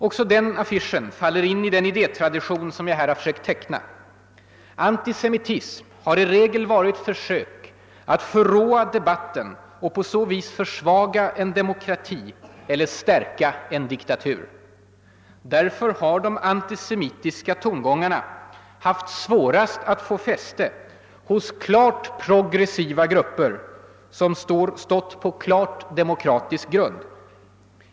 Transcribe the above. Också den affischen faller in i den idétradition som jag här har försökt teckna. Antisemitism har i regel varit försök att förråa debatten och på så vis försvaga en demokrati eller stärka en diktatur. Därför har de antisemitiska tongångarna haft svårast att få fäste hos klart progressiva grupper som stått på klart demokratisk grund.